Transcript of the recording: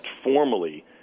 formally